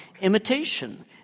imitation